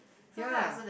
ya